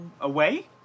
away